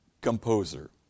composer